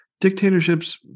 dictatorships